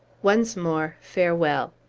once more, farewell!